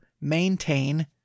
maintain